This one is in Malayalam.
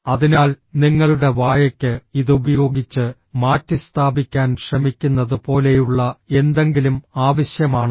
അതിനാൽ നിങ്ങളുടെ വായയ്ക്ക് ഇത് ഉപയോഗിച്ച് മാറ്റിസ്ഥാപിക്കാൻ ശ്രമിക്കുന്നത് പോലെയുള്ള എന്തെങ്കിലും ആവശ്യമാണ്